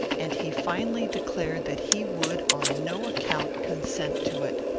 and he finally declared that he would, on no account, consent to it.